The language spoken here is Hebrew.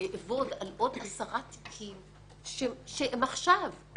אעבוד על עוד עשרה תיקים שהם עכשיו,